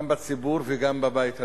גם בציבור וגם בבית הזה.